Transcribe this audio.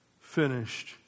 finished